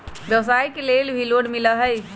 व्यवसाय के लेल भी लोन मिलहई?